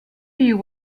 you